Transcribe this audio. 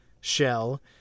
shell